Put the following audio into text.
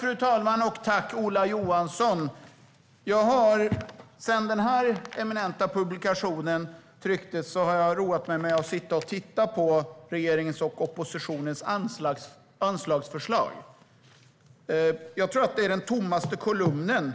Fru talman! Jag tackar Ola Johansson för detta. Jag har sedan den eminenta publikation som jag har i min hand trycktes roat mig med att sitta och titta på regeringens och oppositionens anslagsförslag. Jag tror att Centerpartiet står för den tommaste kolumnen